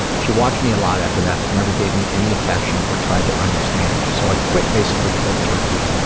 she watched me a lot after that but never gave me any affection or tried to understand. so i quit basically cold turkey.